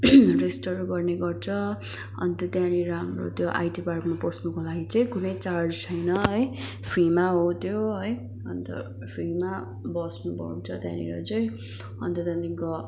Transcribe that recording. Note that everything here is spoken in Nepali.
रेस्टहरू गर्ने गर्छ अन्त त्यहाँनिर हाम्रो त्यो आइटी पार्कमा पस्नुको लागि चाहिँ कुनै चार्ज छैन है फ्रीमा हो त्यो है अन्त फ्रीमा बस्नु पाउँछ त्यहाँनिर चाहिँ अन्त त्यहाँदेखिको